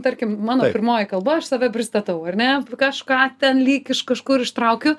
tarkim mano pirmoji kalba aš save pristatau ar ne kažką ten lyg iš kažkur ištraukiu